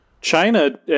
China